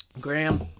Graham